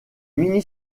mini